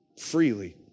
freely